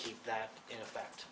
keep that in effect